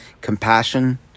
compassion